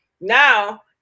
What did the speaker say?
now